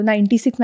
96